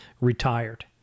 retired